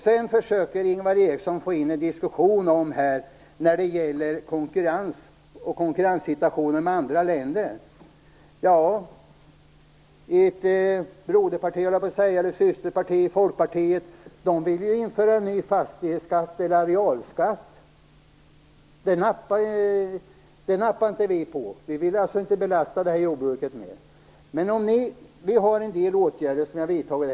Sedan försöker Ingvar Eriksson att få in en diskussion om konkurrensen och konkurrenssituationen jämfört med andra länder. Ert broderparti, höll jag på att säga, Folkpartiet, vill ju införa en ny fastighetsskatt eller arealskatt. Det nappar inte vi på. Vi vill inte belasta jordbruket mer. Vi har vidtagit en del åtgärder här i landet.